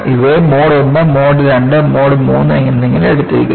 ഇവയെ mode I mode II mode III എന്നിങ്ങനെ എടുത്തിരിക്കുന്നു